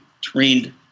trained